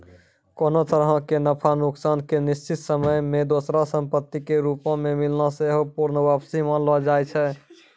कोनो तरहो के नफा नुकसान के निश्चित समय मे दोसरो संपत्ति के रूपो मे मिलना सेहो पूर्ण वापसी मानलो जाय छै